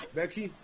Becky